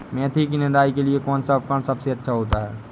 मेथी की निदाई के लिए कौन सा उपकरण सबसे अच्छा होता है?